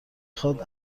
خواد